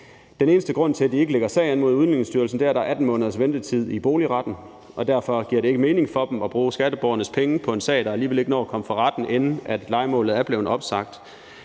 Den eneste grund til, at de ikke lægger sag an mod Udlændingestyrelsen, er, at der er 18 måneders ventetid i boligretten, og derfor giver det ikke mening for dem at bruge skatteborgernes penge på en sag, der alligevel ikke når at komme for retten, inden lejemålet er blevet opsagt.